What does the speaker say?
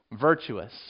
virtuous